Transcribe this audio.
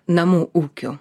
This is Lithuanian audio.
namų ūkiu